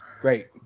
Great